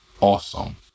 awesome